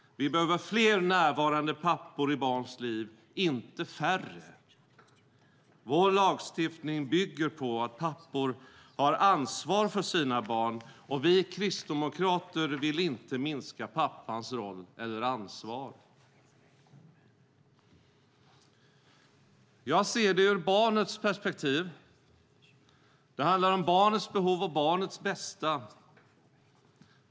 Vi behöver fler närvarande pappor i barns liv, inte färre. Vår lagstiftning bygger på att pappor har ansvar för sina barn, och vi kristdemokrater vill inte minska pappans roll eller ansvar. Jag ser det ur barnets perspektiv. Det handlar om barnets behov och barnets bästa.